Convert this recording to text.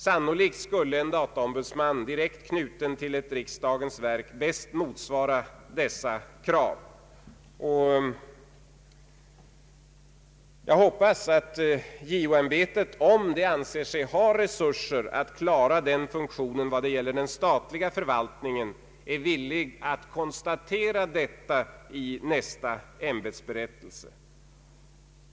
Sannolikt skulle en dataombudsman, direkt knuten till ett riksdagens verk, bäst motsvara dessa krav. Jag hoppas att JO-ämbetet, om det anser sig ha resurser att klara denna funktion vad det gäller den statliga förvaltningen, är villigt att konstatera detta i nästa ämbetsberättelse.